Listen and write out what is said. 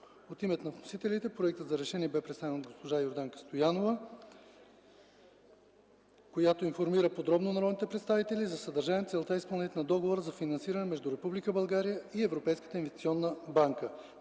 От името на вносителите проектът за решение бе представен от госпожа Йорданка Стоянова, която информира подробно народните представители за съдържанието, целта и изпълнението на Договора за финансиране между Република България и Европейската инвестиционна банка